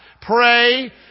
Pray